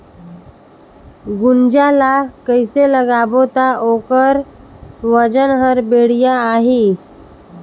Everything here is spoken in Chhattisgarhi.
गुनजा ला कइसे लगाबो ता ओकर वजन हर बेडिया आही?